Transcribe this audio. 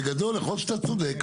בגדול יכול להיות שאתה צודק.